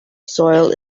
soil